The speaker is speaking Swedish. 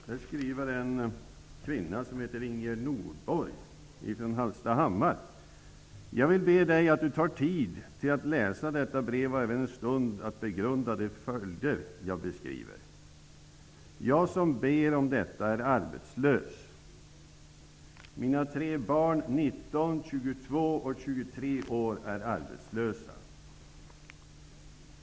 Där skriver en kvinna som heter Ingegerd ''Jag vill be Dig att Du tar Dig tid att läsa detta brev och även en stund till att begrunda de följder jag beskriver. Jag som ber om detta är arbetslös. Mina tre barn -- 19, 22 och 23 år -- är arbetslösa.